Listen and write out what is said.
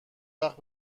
وقت